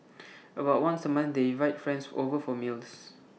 about once A month they invite friends over for meals